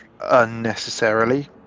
unnecessarily